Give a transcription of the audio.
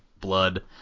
blood